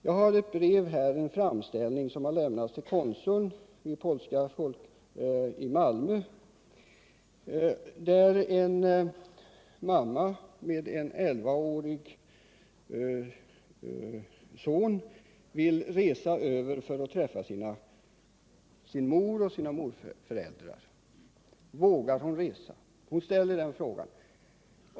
Jag har en framställning som gjorts till den polske konsuln i Malmö. Den gäller en mamma, som med sin 11-årige son vill resa till Polen för att där träffa sin mor och sina morföräldrar. Hon ställer frågan: Vågar jag resa?